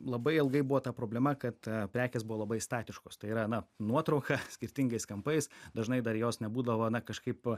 labai ilgai buvo ta problema kad prekės buvo labai statiškos tai yra na nuotrauka skirtingais kampais dažnai dar jos nebūdavo na kažkaip